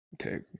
Okay